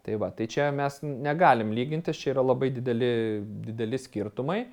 tai va tai čia mes negalim lygintis čia yra labai dideli dideli skirtumai